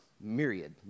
myriad